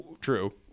true